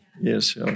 Yes